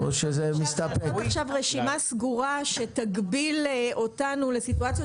יש עכשיו רשימה סגורה שתגביל אותנו לסיטואציות